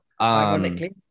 Ironically